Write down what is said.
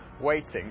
waiting